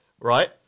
Right